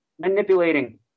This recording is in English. manipulating